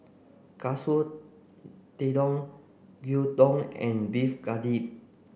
Katsu Tendon Gyudon and Beef Galbi